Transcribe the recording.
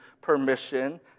permission